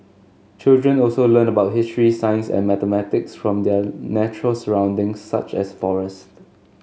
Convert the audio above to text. children also learn about history science and mathematics from their natural surroundings such as forests